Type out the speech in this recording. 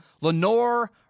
Lenore